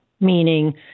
Meaning